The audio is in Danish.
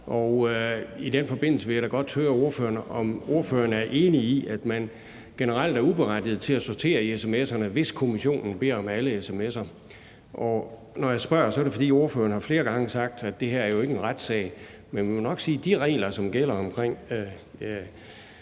i den forbindelse vil jeg da godt høre ordføreren, om ordføreren er enig i, at man generelt er uberettiget til at sortere i sms'erne, hvis kommissionen beder om alle sms’er. Og når jeg spørger, er det, fordi ordføreren flere gange har sagt, at det her jo ikke er en retssag. Men vi må nok sige, at de regler, som gælder omkring